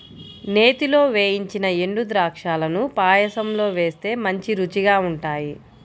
నేతిలో వేయించిన ఎండుద్రాక్షాలను పాయసంలో వేస్తే మంచి రుచిగా ఉంటాయి